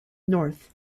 north